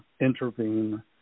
intervene